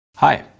hi,